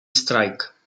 strajk